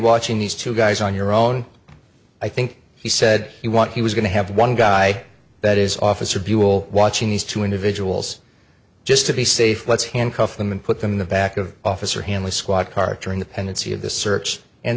watching these two guys on your own i think he said he want he was going to have one guy that is officer buell watching these two individuals just to be safe let's handcuff them and put them in the back of officer hanley squad car during the pendency of the search and